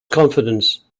confidence